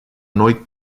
noi